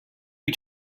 you